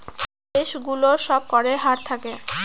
দেশ গুলোর সব করের হার থাকে